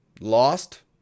Lost